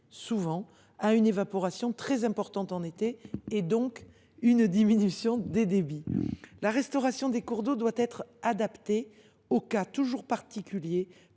souvent à une évaporation très importante en été, et partant, à une diminution des débits. La restauration des cours d’eau doit être adaptée au cas par cas,